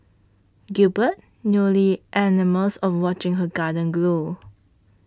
Gilbert newly enamoured of watching her garden grow